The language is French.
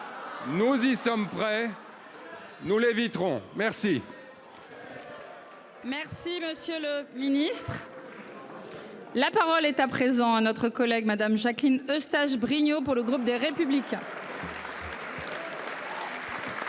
Nous y sommes prêts. Nous l'éviterons merci. Merci, monsieur le Ministre.-- La parole est à présent à notre collègue Madame Jacqueline Eustache-Brinio pour le groupe des Républicains.